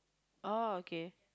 oh okay